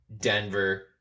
Denver